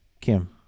Kim